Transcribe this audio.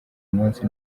munsi